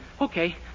Okay